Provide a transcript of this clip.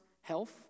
health